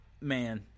man